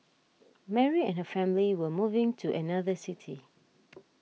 Mary and her family were moving to another city